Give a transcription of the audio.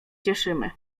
cieszymy